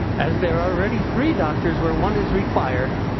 as there are already three doctors where one is required.